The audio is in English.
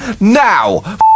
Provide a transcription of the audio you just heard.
now